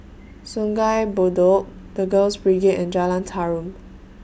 Sungei Bedok The Girls Brigade and Jalan Tarum